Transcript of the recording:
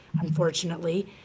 unfortunately